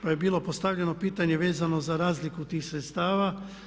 Pa je bilo postavljeno pitanje vezano za razliku tih sredstava.